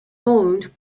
owned